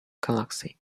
galaxy